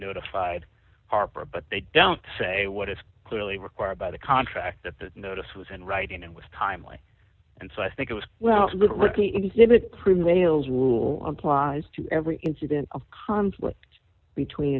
notified harper but they don't say what is clearly required by the contract that the notice was in writing and was timely and so i think it was well prevails rule applies to every incident of conflict between